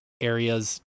areas